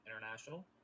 international